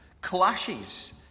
clashes